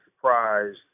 surprised